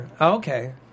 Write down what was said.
Okay